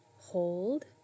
Hold